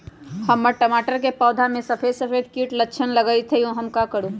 हमर टमाटर के पौधा में सफेद सफेद कीट के लक्षण लगई थई हम का करू?